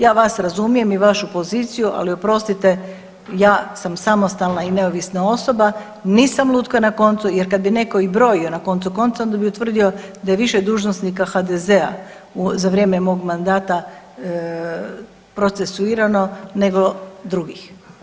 Ja vas razumijem i vašu poziciju, ali oprostite, ja sam samostalna osoba, nisam lutka na koncu, jer kad bi netko i brojio, na koncu konca, onda bi utvrdio da je više dužnosnika HDZ-a za vrijeme mog mandata procesuirano nego drugih.